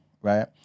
right